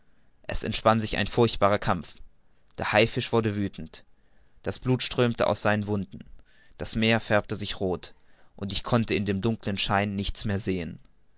es entspann sich ein furchtbarer kampf der haifisch wurde wüthend das blut strömte aus seinen wunden das meer färbte sich roth und ich konnte in dem dunkeln schein nichts mehr sehen